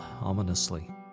ominously